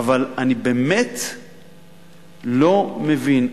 אבל אני באמת לא מבין.